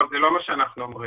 לא, זה לא מה שאנחנו אומרים.